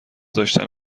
داشتن